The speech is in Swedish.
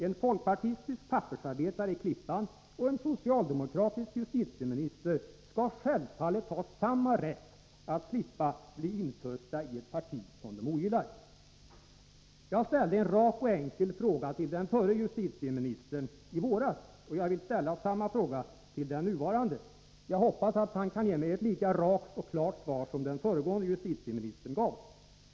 En folkpartistisk pappersarbetare i Klippan och en socialdemokratisk justitieminister skall självfallet ha samma rätt att slippa bli infösta i ett parti som de ogillar. Jag ställde en rak och enkel fråga till den förre justitieministern i våras, och jag vill ställa samma fråga till den nuvarande justitieministern. Jag hoppas att han kan ge mig ett lika rakt och klart svar som den föregående justitieministern gav.